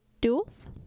duels